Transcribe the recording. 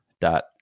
dot